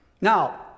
Now